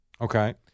Okay